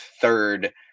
third